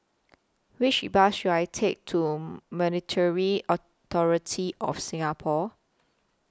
Which Bus should I Take to Monetary Authority of Singapore